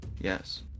yes